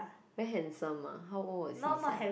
very handsome ah how old was he sia